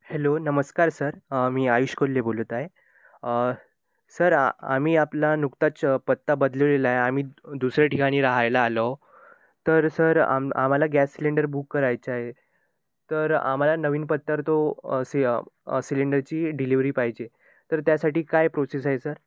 hello नमस्कार sir मी आयुष कोल्हे बोलत आहे सर आ आम्ही आपला नुकताच पत्ता बदलवलेला आहे आम्ही दुसऱ्या ठिकाणी राहायला आलो तर सर आम आम्हाला गॅस सिलेंडर बुक करायचा आहे तर आम्हाला नवीन पत्त्यावर तो सी सिलेंडरची डिलिवरी पाहिजे तर त्यासाठी काय प्रोसेस आहे सर